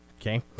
okay